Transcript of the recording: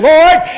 Lord